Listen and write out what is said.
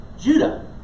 Judah